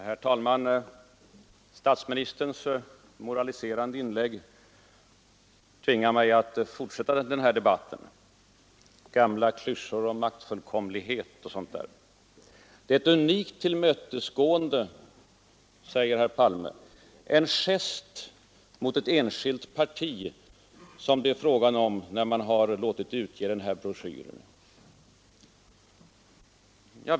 Herr talman! Statsministerns moraliserande inlägg tvingar mig att fortsätta debatten. Det är ett unikt tillmötesgående, säger herr Palme, och en ”gest” mot ett enskilt parti, när man låter utge utformationsbroschyren.